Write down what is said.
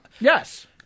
Yes